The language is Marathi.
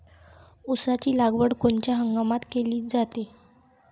ऊसाची लागवड कोनच्या हंगामात केली जाते?